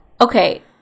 Okay